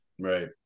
Right